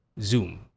Zoom